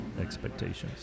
expectations